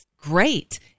great